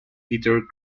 peter